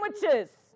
sandwiches